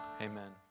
Amen